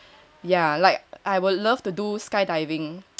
yeah like I would love to do skydiving